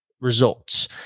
results